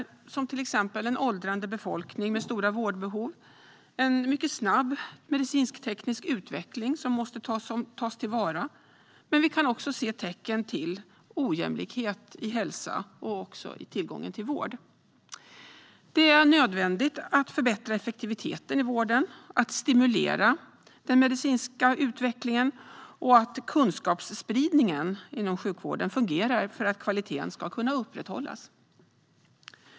Det handlar till exempel om en åldrande befolkning med stora vårdbehov och en mycket snabb medicinsk-teknisk utveckling som måste tas till vara. Men vi kan också se tecken på ojämlikhet i hälsa och också i tillgången till vård. Det är nödvändigt att förbättra effektiviteten i vården, att stimulera den medicinska utvecklingen och att kunskapsspridningen inom sjukvården fungerar för att kvaliteten ska kunna upprätthållas. Fru talman!